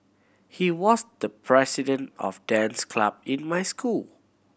he was the president of the dance club in my school